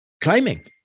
claiming